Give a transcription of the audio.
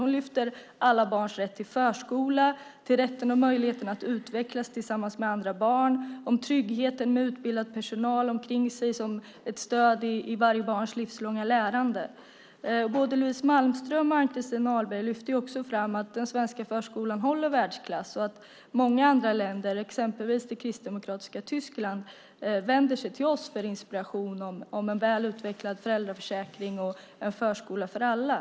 Hon lyfter fram alla barns rätt till förskola, rätten till möjligheten att utvecklas tillsammans med andra barn och tryggheten med utbildad personal omkring sig som ett stöd i varje barns livslånga lärande. Både Louise Malmström och Ann-Christin Ahlberg lyfter också fram att den svenska förskolan håller världsklass och att många andra länder, exempelvis det kristdemokratiska Tyskland, vänder sig till oss för inspiration till en väl utvecklad föräldraförsäkring och en förskola för alla.